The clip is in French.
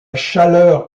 chaleur